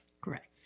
Correct